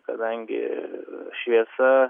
kadangi šviesa